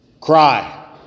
cry